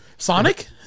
Sonic